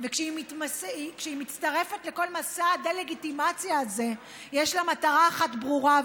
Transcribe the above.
כשהיא מצטרפת לכל מסע הדה-לגיטימציה הזה יש לה מטרה אחת ברורה,